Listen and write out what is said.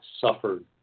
suffered